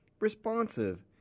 responsive